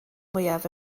mwyaf